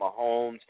Mahomes